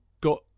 got